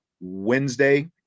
Wednesday